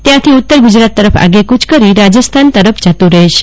ત્યાંથી ઉત્તર ગુજરાત તરફ આગેકુચ કરી રાજસ્થાન તરફ જતુ રહેશે